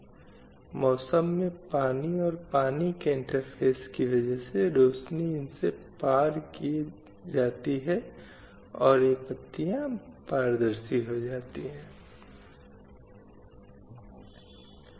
दुर्भाग्य से वर्षों में संख्या केवल बढ़ी है और आज एक महिला चाहे वह घर में हो या कार्यस्थल पर या सड़कों पर या आप जानते हैं कुछ और जगह में सुरक्षित नहीं है